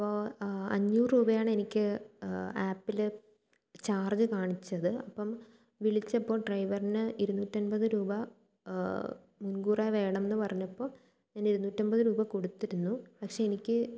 അപ്പോൾ അഞ്ഞൂറ് രൂപയാണ് എനിക്ക് ആപ്പില് ചാർജ് കാണിച്ചത് അപ്പം വിളിച്ചപ്പോൾ ഡ്രൈവറിന് ഇരുനൂറ്റമ്പത് രൂപ മുൻകൂറായി വേണമെന്ന് പറഞ്ഞപ്പോൾ ഞാൻ ഇരുന്നൂറ്റമ്പത് രൂപ കൊടുത്തിരുന്നു പക്ഷെ എനിക്ക്